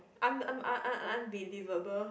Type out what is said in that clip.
un~ un~ un~ unbelievable